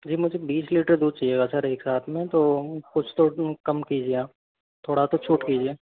जी मुझे बीस लीटर दूध चाहिएगा सर एक साथ में तो कुछ तो कम कीजिए थोड़ा तो छूट कीजिए